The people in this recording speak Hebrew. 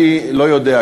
אני לא יודע,